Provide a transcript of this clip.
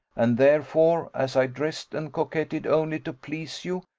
and therefore, as i dressed and coquetted only to please you,